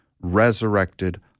resurrected